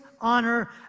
honor